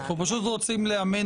אם לא היה ברור,